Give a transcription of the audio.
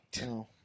No